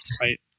Right